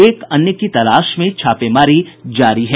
एक अन्य की तलाश में छापेमारी जारी है